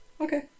Okay